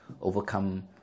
overcome